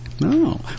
No